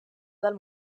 del